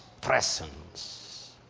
presence